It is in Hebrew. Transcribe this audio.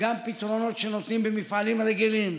גם פתרונות שנותנים במפעלים הרגילים.